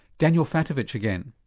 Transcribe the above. daniel fatovich again.